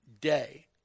Day